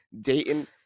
Dayton